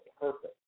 purpose